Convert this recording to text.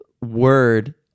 word